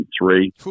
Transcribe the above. three